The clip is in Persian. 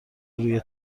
روی